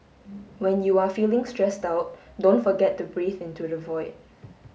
when you are feeling stressed out don't forget to breathe into the void